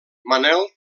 manel